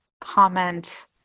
comment